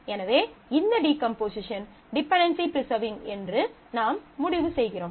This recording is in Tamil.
எனவே இந்த டீகம்போசிஷன் டிபென்டென்சி ப்ரிசர்விங் என்று நாம் முடிவு செய்கிறோம்